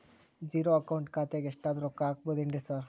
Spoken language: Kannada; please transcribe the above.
ಝೇರೋ ಅಕೌಂಟ್ ಖಾತ್ಯಾಗ ಎಷ್ಟಾದ್ರೂ ರೊಕ್ಕ ಹಾಕ್ಬೋದೇನ್ರಿ ಸಾರ್?